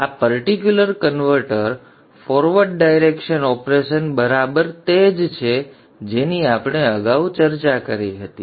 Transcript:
હવે આ particular converter forward direction operation બરાબર તે જ છે જેની આપણે અગાઉ ચર્ચા કરી હતી